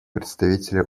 представителя